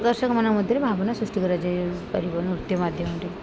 ଦର୍ଶକମାନଙ୍କ ମଧ୍ୟରେ ଭାବନା ସୃଷ୍ଟି କରାଯାଇପାରିବ ନୃତ୍ୟ ମାଧ୍ୟମରେ